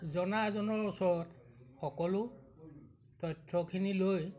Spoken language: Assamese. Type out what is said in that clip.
জনা এজনৰ ওচৰত সকলো তথ্যখিনি লৈ